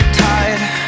tide